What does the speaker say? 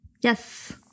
Yes